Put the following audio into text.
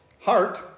Heart